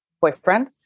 boyfriend